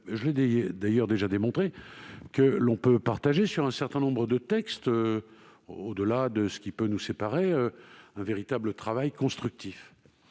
je l'ai d'ailleurs déjà démontré, que l'on peut se rejoindre sur un certain nombre de textes, au-delà de ce qui peut nous séparer, grâce à un véritable travail constructif.